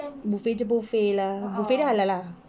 buffet jer buffet lah buffet dia halal lah